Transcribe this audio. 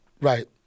Right